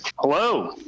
Hello